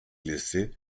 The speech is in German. liste